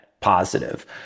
positive